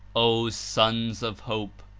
o sons of hope!